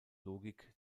logik